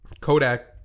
Kodak